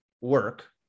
work